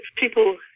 people